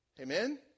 Amen